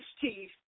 teeth